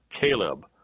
Caleb